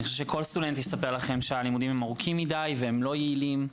כל סטודנט יספר לכם שהלימודים ארוכים מדי ולא יעילים,